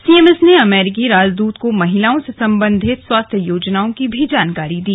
CMS ने अमेरिकी राजदूत को महिलाओं से संबंधित स्वास्थ्य योजनाओं की भी जानकारी दी